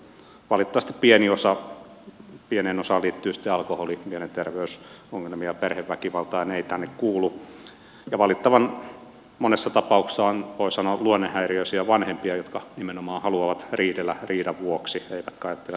valitettavasti pieneen osaan liittyy sitten alkoholi ja mielenterveysongelmia perheväkivaltaa ja ne eivät tänne kuulu ja valitettavan monessa tapauksessa on voi sanoa luonnehäiriöisiä vanhempia jotka nimenomaan haluavat riidellä riidan vuoksi eivätkä ajattele lapsen etua